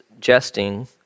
jesting